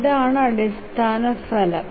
ഇതാണ് അടിസ്ഥാന ഫലം